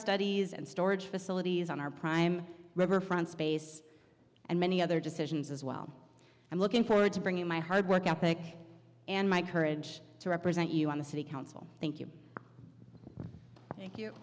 studies and storage facilities on our prime riverfront space and many other decisions as well i'm looking forward to bringing my hard work ethic and my courage to represent you on the city council thank you thank you